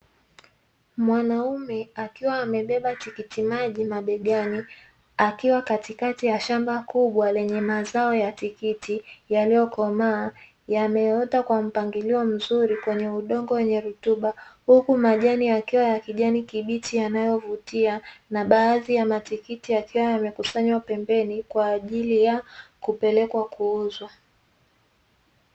Mwanaume akiwa amebeba tikitimaji mabegani, akiwa katikati ya shamba kubwa lenye mazao ya tikiti yaliyokomaa, yameota kwa mpangilio mzuri kwenye udongo wenye rutuba, huku majani yakiwa ya kijani kibichi yanayovutia na baadhi ya matikiti yakiwa yamekusanywa pembeni, kwa ajili ya kupelekwa kuuzwa.